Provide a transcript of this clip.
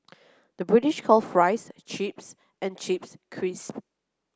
the British call fries chips and chips crisps